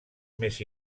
més